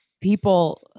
people